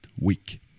week